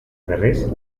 berriz